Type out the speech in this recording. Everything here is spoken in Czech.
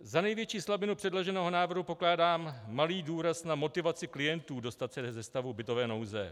Za největší slabinu předloženého návrhu pokládám malý důraz na motivaci klientů dostat se ze stavu bytové nouze.